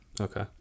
Okay